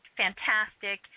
fantastic